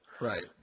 Right